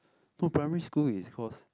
no primary school is cause